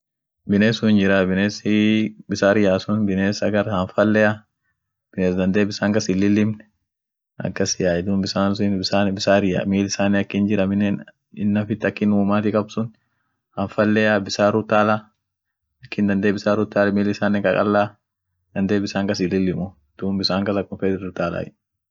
Biness sun hinjiray, binessii bisan yay sun biness agar hahamfanlea, biness dandee bisan kas hi lilimn, akas yaey duum bissan sun bissan bissar ya, miil isanen akin jir aminen innafit akin uumati kab sun, hamfalea bisaar utala, akin dandee bissar utal, miil isanen qaqalla, dandee bissan kas hin lilimu, duum bissan kas akum fed ir utalay.